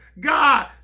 God